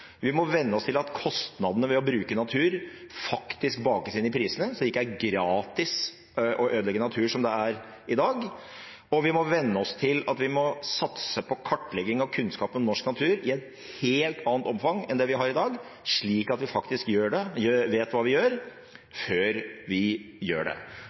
Vi må venne oss til at kostnadene ved å bruke natur faktisk bakes inn i prisene, så det ikke er gratis å ødelegge natur, som det er i dag. Og vi må venne oss til at vi må satse på kartlegging av og kunnskap om norsk natur i et helt annet omfang enn det vi har i dag, slik at vi faktisk vet hva vi gjør, før vi gjør det.